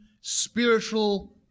spiritual